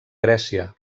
grècia